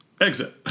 exit